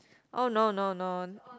oh no no no